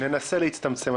ננסה להצטמצם.